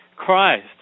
christ